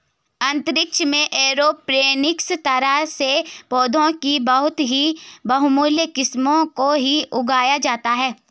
अंतरिक्ष में एरोपोनिक्स तरह से पौधों की बहुत ही बहुमूल्य किस्मों को ही उगाया जाता है